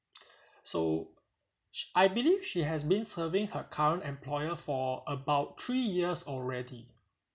so sh~ I believe she has been serving her current employer for about three years already